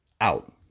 Out